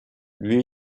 lui